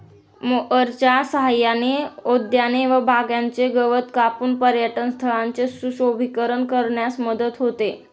मोअरच्या सहाय्याने उद्याने व बागांचे गवत कापून पर्यटनस्थळांचे सुशोभीकरण करण्यास मदत होते